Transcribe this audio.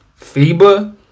FIBA